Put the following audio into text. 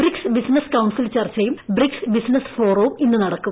BRICS business council ചർച്ചയും BRICS business ഫോറവും ഇന്ന് നടക്കും